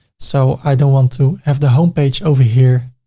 so i don't want to have the homepage over here.